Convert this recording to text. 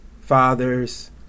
fathers